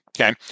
Okay